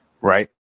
right